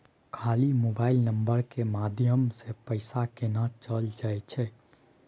खाली mobile number के माध्यम से पैसा केना चल जायछै?